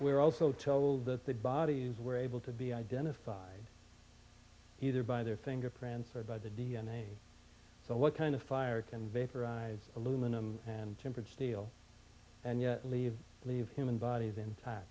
we're also told that the bodies were able to be identified either by their fingerprints or by the d n a so what kind of fire can vaporize aluminum and tempered steel and yet leave leave human bodies intact